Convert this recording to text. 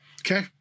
Okay